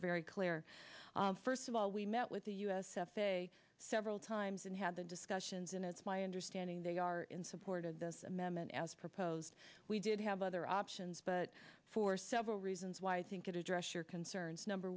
're very clear first of all we met with the u s several times and had the discussions and it's my understanding they are in support of this amendment as proposed we did have other options but for several reasons why i think it address your concerns number